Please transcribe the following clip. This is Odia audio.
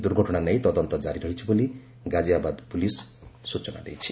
ଦୁର୍ଘଟଣା ନେଇ ତଦନ୍ତ ଜାରି ରହିଛି ବୋଲି ଗାଜିଆବାଦ ପୁଲିସ୍ ସ୍ଟଚନା ଦେଇଛି